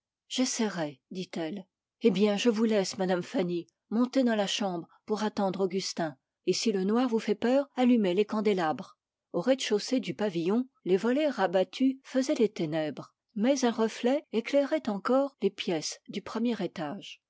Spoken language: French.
j'essaierai dit-elle eh bien je vous laisse madame fanny montez dans la chambre pour attendre augustin et si le noir vous fait peur allumez les candélabres au rez-de-chaussée du pavillon les volets rabattus faisaient les ténèbres mais un reflet éclairait encore les pièces du premier étage